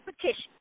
petition